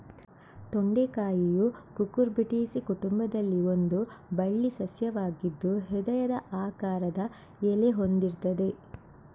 ತೊಂಡೆಕಾಯಿಯು Cucurbitaceae ಕುಟುಂಬದಲ್ಲಿ ಒಂದು ಬಳ್ಳಿ ಸಸ್ಯವಾಗಿದ್ದು ಹೃದಯದ ಆಕಾರದ ಎಲೆ ಹೊಂದಿರ್ತದೆ